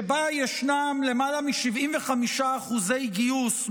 שבה ישנם למעלה מ-75% גיוס,